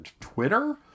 Twitter